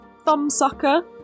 Thumbsucker